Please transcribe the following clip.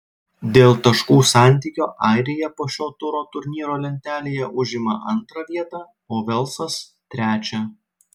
dėl taškų santykio airija po šio turo turnyro lentelėje užima antrą vietą o velsas trečią